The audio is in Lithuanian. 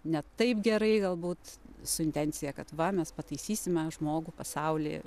ne taip gerai galbūt su intencija kad va mes pataisysime žmogų pasaulį